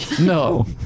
No